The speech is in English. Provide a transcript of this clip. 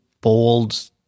bold